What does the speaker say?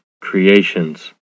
creations